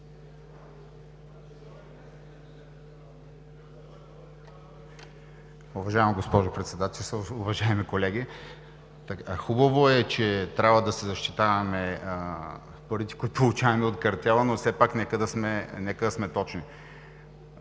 Уважаема госпожо Председател, уважаеми колеги! Хубаво е, че трябва да си защитаваме парите, които получаваме от картела, но все пак нека да сме точни.